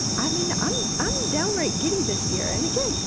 i mean, i'm i'm downright giddy this year. and again,